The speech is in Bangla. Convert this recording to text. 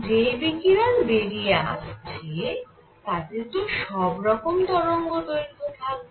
যেই বিকিরণ বেরিয়ে আসছে তাতে তো সব রকম তরঙ্গদৈর্ঘ্য থাকবে